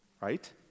Right